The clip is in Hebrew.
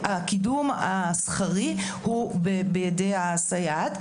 הקידום השכרי הוא בידי הסייעת,